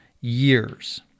years